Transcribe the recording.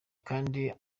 kandi